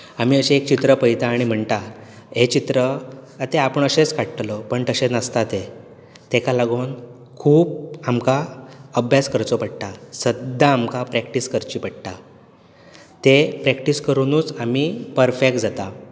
आमी अशें एक चित्र पळयता आनी म्हणटात हें चित्र तें आपूण अशेंच काडटलो पूण तशें नासता तें तेका लागून खूब आमकां अभ्यास करचो पडटा सद्दा आमकां प्रॅकटीस करची पडटा तें प्रॅक्टीस करुनूच आमी परफेक्ट जातात